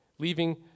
leaving